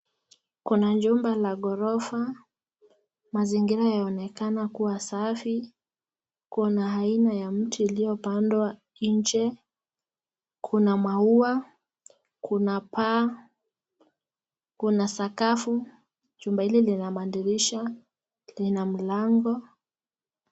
Kuna jumba la ghorofa. Mazingira yaonekana kuwa safi. Kuna aina ya mti uliyopandwa nje, kuna maua, kuna paa kuna sakafu. Jumba hili lina madirisha, lina mlango.